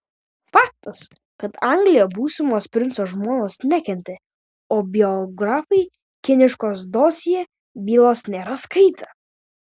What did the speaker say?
faktas kad anglija būsimos princo žmonos nekentė o biografai kiniškos dosjė bylos nėra skaitę